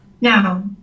Now